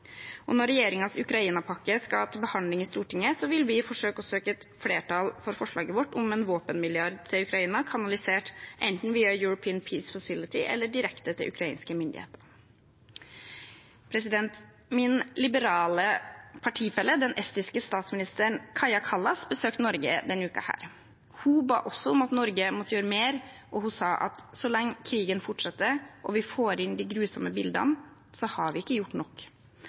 Og når regjeringens Ukraina-pakke skal til behandling i Stortinget, vil vi forsøke å søke et bredt flertall for forslaget vårt om en våpenmilliard til Ukraina, kanalisert enten via European Peace Facility eller direkte til ukrainske myndigheter. Min liberale partifelle, den estiske statsministeren Kaja Kallas, besøkte Norge denne uken. Hun ba oss om at Norge måtte gjøre mer, og hun sa at så lenge krigen fortsetter og vi får inn de grusomme bildene, har vi ikke gjort nok.